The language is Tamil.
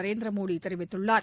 நரேந்திரமோடிதெரிவித்துள்ளார்